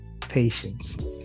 patience